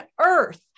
earth